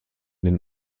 den